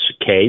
case